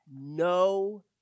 no